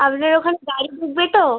আপনার ওখানে গাড়ি ঢুকবে তো